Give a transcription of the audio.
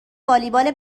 والیبال